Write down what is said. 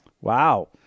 Wow